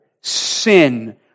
sin